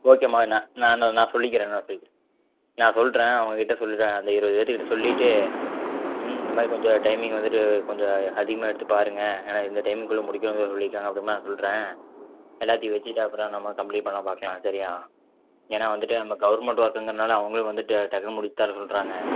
ஓகேம்மா நான் நான் நான் நான் சொல்லிக்கிறேன் நான் சொல்லிக்கிறேன் நான் சொல்கிறேன் அவங்கக்கிட்ட சொல்கிறேன் அந்த இருபது பேருக்கிட்ட சொல்லிவிட்டு ம் இந்தமாரி கொஞ்சம் டைமிங் வந்துவிட்டு கொஞ்சம் அதிகமாக எடுத்து பாருங்கள் ஏன்னா இந்த டைமிங்குள்ளே முடிக்கணும் சொல்லிஇருக்காங்க அப்படிம்மா நான் சொல்கிறேன் எல்லாத்தையும் வச்சிட்டா அப்புறம் நம்ம கம்ப்ளீட் பண்ண பார்க்கலாம் சரியா ஏன்னா வந்துவிட்டு நம்ம கவுர்மெண்ட்டு ஒர்க்குங்கிறனால அவங்களும் வந்துவிட்டு டக்குன்னு முடிச்சு தர சொல்லுறாங்க